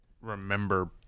remember